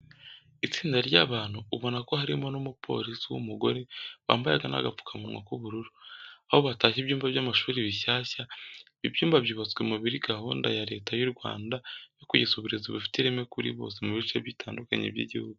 Itsinda ry'abantu ubona ko harimo n'umuporisi w'umugore wambaye n'agapfukamunwa k'ubururu, aho batashye ibyumba by'amashuri bishyashya. Ibi byumba byubatswe muri gahunda ya Leta y'u Rwanda yo kugeza uburezi bufite ireme kuri bose mu bice bitandukanye by'igihugu.